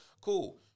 Cool